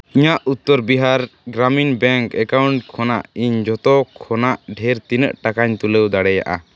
ᱤᱧᱟᱹᱜ Uttar Bihar Gramin bank account ᱠᱷᱚᱱᱟᱜ ᱤᱧ ᱡᱚᱛᱚ ᱠᱷᱚᱱᱟᱜ ᱰᱷᱮᱨ ᱛᱤᱱᱟᱹᱜ ᱴᱟᱠᱟᱧ ᱛᱩᱞᱟᱹᱣ ᱫᱟᱲᱮᱭᱟᱜᱼᱟ